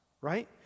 Right